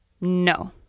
No